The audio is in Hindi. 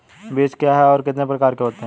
बीज क्या है और कितने प्रकार के होते हैं?